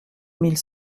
mille